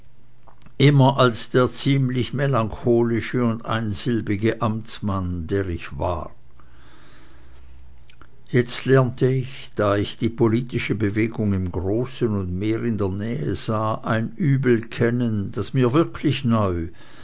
immer als der ziemlich melancholische und einsilbige amtsmann der ich war jetzt lernte ich da ich die politische bewegung im großen und mehr in der nähe sah ein übel kennen das mir wirklich neu